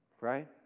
right